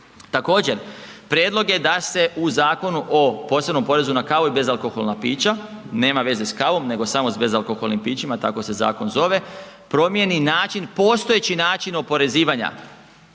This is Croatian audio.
Također, prijedlog je da se u Zakonu o posebnom porezu na kavu i bezalkoholna pića, nema veze s kavom nego samo s bezalkoholnim pićima, tako se zakon zove, promijeni način, postojeći način oporezivanja